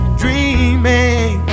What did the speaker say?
dreaming